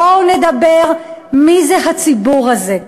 בואו נדבר מי זה הציבור הזה.